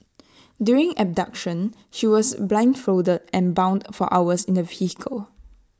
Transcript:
during the abduction she was blindfolded and bound for hours in A vehicle